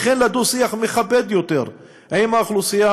וכן לדו-שיח מכבד יותר עם האוכלוסייה